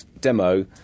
demo